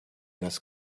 das